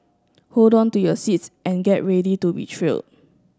hold on to your seats and get ready to be thrill